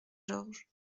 georges